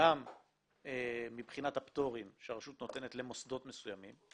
גם מבחינת הפטורים שהרשות נותנת למוסדות מסוימים,